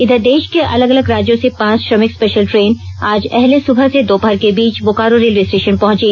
इधर देश के अलग अलग राज्यों से पांच श्रमिक स्पेशल ट्रेन आज अहले सुबह से दोपहर के बीच बोकारो रेलवे स्टेशन पहुंची